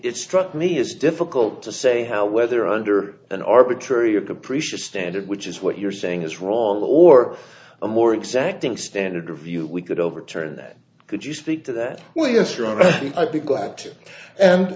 it struck me as difficult to say how whether under an arbitrary or capricious standard which is what you're saying is wrong or a more exacting standard of you we could overturn that could you speak to that